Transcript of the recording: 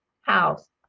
house